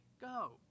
go